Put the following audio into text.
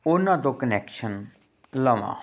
ਉਹਨਾਂ ਤੋਂ ਕਨੈਕਸ਼ਨ ਲਵਾਂ